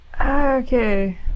Okay